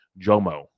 Jomo